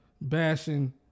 bashing